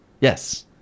Yes